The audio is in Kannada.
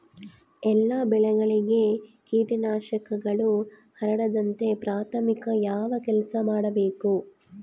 ಎಲ್ಲ ಬೆಳೆಗಳಿಗೆ ಕೇಟನಾಶಕಗಳು ಹರಡದಂತೆ ಪ್ರಾಥಮಿಕ ಯಾವ ಕೆಲಸ ಮಾಡಬೇಕು?